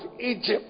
Egypt